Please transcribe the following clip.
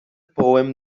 poem